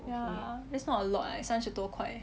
ya that's not a lot eh 三十多块 eh